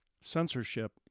censorship